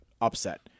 upset